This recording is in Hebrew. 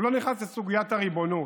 הוא לא נכנס לסוגיית הריבונות.